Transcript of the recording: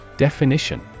Definition